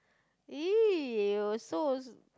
!ee! your so